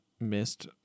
missed